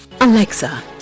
Alexa